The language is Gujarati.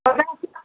પચાસ લાખ